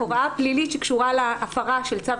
ההוראה הפלילית שקשורה להפרה של צו